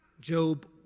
Job